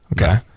Okay